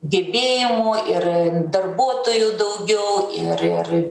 gebėjimų ir darbuotojų daugiau ir ir